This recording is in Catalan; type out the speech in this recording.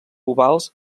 ovals